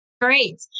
Great